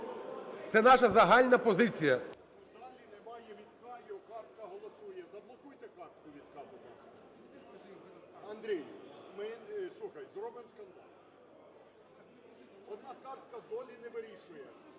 Це наша загальна позиція.